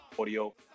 audio